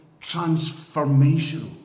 transformational